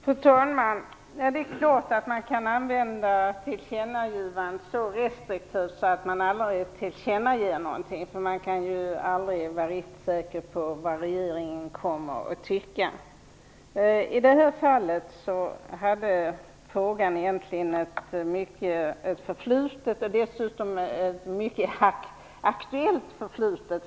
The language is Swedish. Fru talman! Det är klart att man kan använda tillkännagivanden så restriktivt att man aldrig tillkännager någonting. Man kan ju aldrig vara riktigt säker på vad regeringen kommer att tycka. I det här fallet hade frågan ett förflutet, dessutom ett aktuellt förflutet.